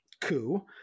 coup